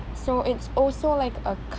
so it's also like a